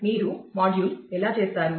మీరు మాడ్యూల్ ఎలా చేస్తారు